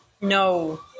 No